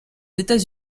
états